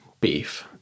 beef